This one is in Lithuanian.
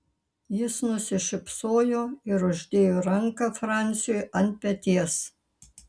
jis nusišypsojo ir uždėjo ranką franciui ant peties